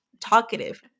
talkative